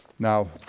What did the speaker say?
Now